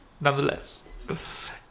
Nonetheless